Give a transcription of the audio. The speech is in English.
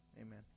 amen